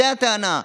זו הטענה.